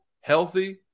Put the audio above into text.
healthy